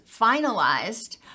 finalized